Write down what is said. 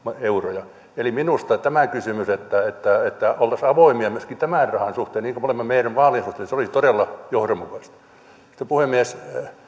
euroja eli minusta kysymys on siitä että oltaisiin avoimia myöskin tämän rahan suhteen niin kuin me olemme meidän vaalien suhteen se olisi todella johdonmukaista mutta puhemies